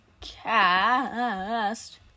cast